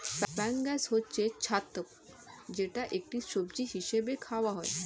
fungus হচ্ছে ছত্রাক যেটা একটি সবজি হিসেবে খাওয়া হয়